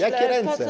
Jakie ręce?